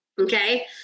Okay